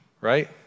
right